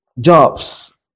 Jobs